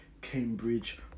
Cambridge